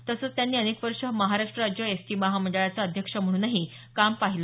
तसंच त्यांनी अनेक वर्ष महाराष्ट्र राज्य एसटी महामंडळाचे अध्यक्ष म्हणून काम पाहिलं